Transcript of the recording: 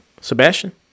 Sebastian